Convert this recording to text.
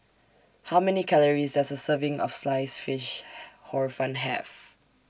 How Many Calories Does A Serving of Sliced Fish Hor Fun Have